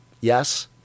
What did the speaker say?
Yes